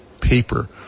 Paper